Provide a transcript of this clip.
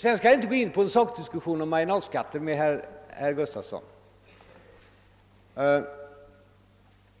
Sen skall jag inte här gå in på någon sakdiskussion med herr Gustafson rörande marginalskatten.